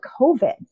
COVID